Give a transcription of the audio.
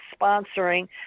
sponsoring